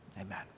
Amen